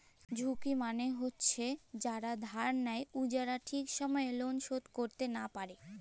ঝুঁকি মালে হছে কখল যারা ধার লেই উয়ারা ঠিক সময়ে লল শোধ ক্যইরতে লা পারে